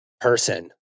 person